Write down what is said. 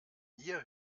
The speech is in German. ihr